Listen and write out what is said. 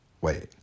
Wait